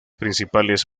principales